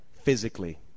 physically